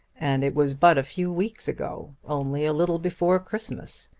and it was but a few weeks ago only a little before christmas.